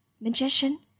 magician